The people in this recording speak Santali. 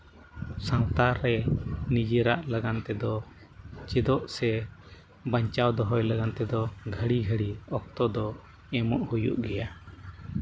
ᱥᱟᱱᱛᱟᱲ ᱨᱮ ᱱᱤᱡᱮᱨᱟᱜ ᱞᱟᱜᱟᱱ ᱛᱮᱫᱚ ᱪᱮᱫᱚᱜ ᱥᱮ ᱵᱟᱧᱪᱟᱣ ᱫᱚᱦᱚᱭ ᱞᱟᱜᱟᱱ ᱛᱮᱫᱚ ᱜᱷᱟᱹᱲᱤ ᱜᱷᱟᱹᱲᱤ ᱚᱠᱛᱚ ᱫᱚ ᱮᱢᱚᱜ ᱦᱩᱭᱩᱜ ᱜᱮᱭᱟ